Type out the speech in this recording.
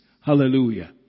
Hallelujah